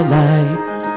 light